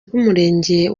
bw’umurenge